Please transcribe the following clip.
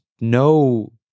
no